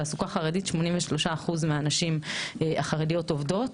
תעסוקה חרדית 83% מהנשים החרדיות עובדות,